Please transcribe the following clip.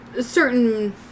certain